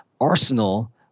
Arsenal